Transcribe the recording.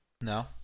No